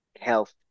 health